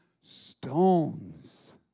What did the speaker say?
stones